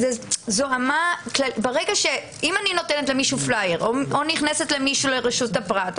אם אני נותנת למישהו פלייר או נכנסת למישהו לרשות הפרט,